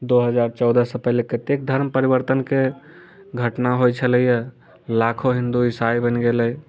दू हजार चौदह सँ पहिले कतेक धर्म परिवर्तन के घटना होइ छलैया लाखो हिन्दू ईसाइ बनि गेलै